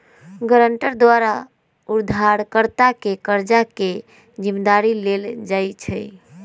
guarantor द्वारा उधारकर्ता के कर्जा के जिम्मदारी लेल जाइ छइ